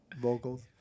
Vocals